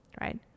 right